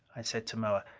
i said to moa.